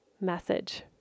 message